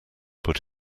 put